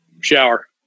Shower